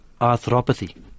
arthropathy